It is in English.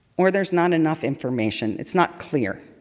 or there's not enough information. it's not clear.